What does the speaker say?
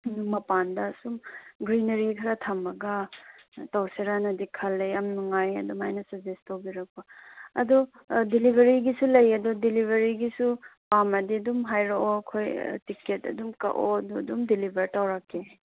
ꯌꯨꯝ ꯃꯄꯥꯟꯗ ꯁꯨꯝ ꯒ꯭ꯔꯤꯟꯅꯔꯤ ꯈꯔ ꯊꯝꯃꯒ ꯇꯧꯁꯤꯔꯥꯅꯗꯤ ꯈꯜꯂꯦ ꯌꯥꯝ ꯅꯨꯡꯉꯥꯏ ꯑꯗꯨꯃꯥꯏꯅ ꯁꯖꯦꯁ ꯇꯧꯕꯤꯔꯛꯄ ꯑꯗꯨ ꯗꯦꯂꯤꯚꯔꯤꯒꯤꯁꯨ ꯂꯩ ꯑꯗꯨ ꯗꯦꯂꯤꯚꯔꯤꯒꯤꯁꯨ ꯄꯥꯝꯃꯗꯤ ꯑꯗꯨꯝ ꯍꯥꯏꯔꯛꯑꯣ ꯑꯩꯈꯣꯏ ꯇꯤꯛꯀꯦꯠ ꯑꯗꯨꯝ ꯀꯛꯑꯣ ꯑꯗꯨꯒ ꯑꯗꯨꯝ ꯗꯦꯂꯤꯚꯔ ꯇꯧꯔꯛꯀꯦ